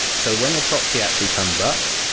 so when your proxy actually comes up,